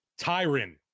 Tyron